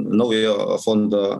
naujojo fondo